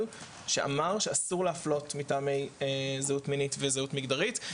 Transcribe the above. שאמר שאסור להפלות מטעמי זהות מינית ומגדרית.